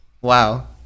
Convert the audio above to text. Wow